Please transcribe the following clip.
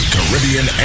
Caribbean